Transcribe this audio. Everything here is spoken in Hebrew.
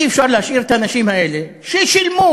אי-אפשר להשאיר את האנשים האלה, ששילמו